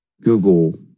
Google